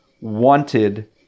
wanted